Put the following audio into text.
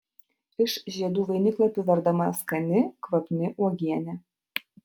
iš žiedų vainiklapių verdama skani kvapni uogienė